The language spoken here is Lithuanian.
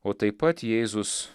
o taip pat jėzus